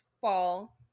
fall